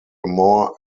more